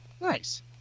Nice